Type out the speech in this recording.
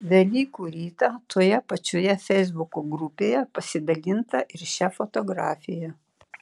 velykų rytą toje pačioje feisbuko grupėje pasidalinta ir šia fotografija